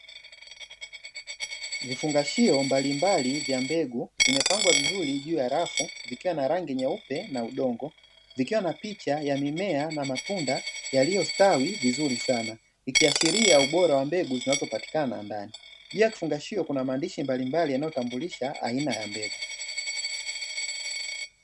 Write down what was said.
Vifungashio mbalimbali vya mbegu vimepangwa vizuri juu ya rafu zikiwa na rangi nyeupe na udongo vikiwa na picha ya mimea na matunda yaliyostawi vizuri sana, ikiashiria ubora wa mbegu zinazopatikana ndani ya kufungashio, juu ya kifungashio kuna maandishi mbalimbali yanayotambulisha aina ya mbegu.